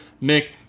Nick